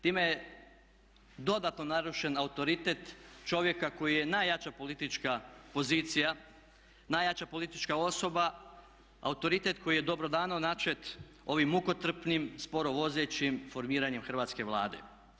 Time je dodatno narušen autoritet čovjeka koji je najjača politička pozicija, najjača politička osoba, autoritet koji je dobrodano načet ovim mukotrpnim sporovozečim formiranjem Hrvatske vlade.